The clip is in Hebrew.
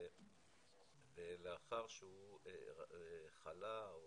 לאחר שהוא חלה,